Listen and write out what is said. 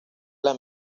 las